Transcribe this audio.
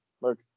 Look